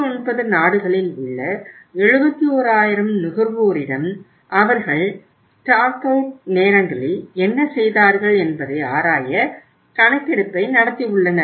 29 நாடுகளில் உள்ள 71000 நுகர்வோரிடம் அவர்கள் ஸ்டாக் அவுட் நேரங்களில் என்ன செய்தார்கள் என்பதை ஆராய கணக்கெடுப்பை நடத்தி உள்ளனர்